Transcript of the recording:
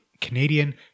Canadian